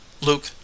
luke